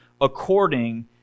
according